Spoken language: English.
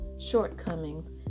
shortcomings